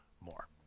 more